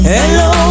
Hello